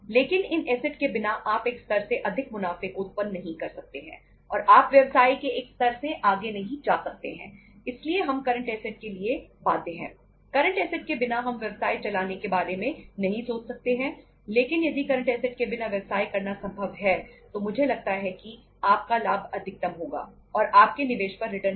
लेकिन इन ऐसेट के बिना आप एक स्तर से अधिक मुनाफे को उत्पन्न नहीं कर सकते हैं और आप व्यवसाय के एक स्तर से आगे नहीं जा सकते हैं इसलिए हम करंट ऐसेट के बिना हम व्यवसाय चलाने के बारे में नहीं सोच सकते हैं लेकिन यदि करंट ऐसेट के बिना व्यवसाय करना संभव है तो मुझे लगता है कि आपका लाभ अधिकतम होगा और आपके निवेश पर रिटर्न भी अधिकतम होगा